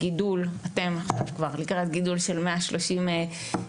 אתם כבר לקראת גידול של 130 סטודנטים.